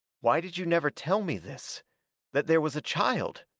why did you never tell me this that there was a child?